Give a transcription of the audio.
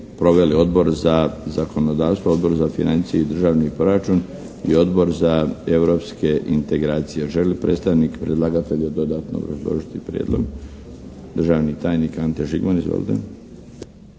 Odbor za zakonodavstvo, Odbor za financije i državni proračun i Odbor za europske integracije. Želi li predstavnik predlagatelja dodatno obrazložiti prijedlog? Državni tajnik Ante Žigman, izvolite.